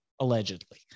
allegedly